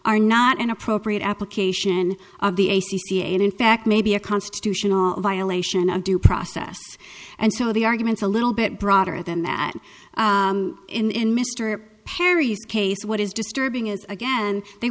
are not an appropriate application of the a c c and in fact may be a constitutional violation of due process and so the argument a little bit broader than that in mr perry's case what is disturbing is again they